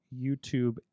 YouTube